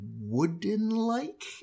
wooden-like